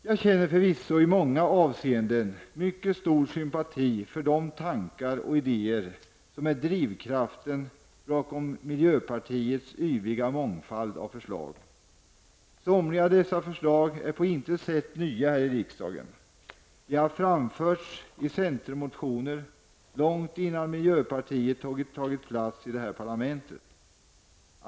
Jag känner förvisso i många avseenden mycket stor sympati för de tankar och idéer som är drivkraften bakom miljöpartiets yviga mångfald av förslag. Somliga av dessa förslag är på intet sätt nya här i riksdagen. De har framförts i centermotioner långt innan miljöpartiet tog plats i detta parlament.